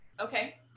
okay